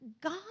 God